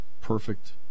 perfect